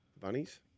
bunnies